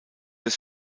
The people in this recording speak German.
des